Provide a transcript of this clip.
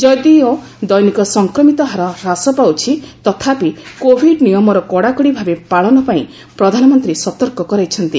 ଯଦିଓ ଦୈନିକ ସଂକ୍ରମିତ ହାର ହ୍ରାସ ପାଉଛି ତଥାପି କୋବିଡ୍ ନିୟମର କଡ଼ାକଡ଼ି ଭାବେ ପାଳନ ପାଇଁ ପ୍ରଧାନମନ୍ତ୍ରୀ ସତର୍କ କରାଇଛନ୍ତି